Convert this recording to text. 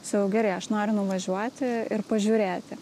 sakau gerai aš noriu nuvažiuoti ir pažiūrėti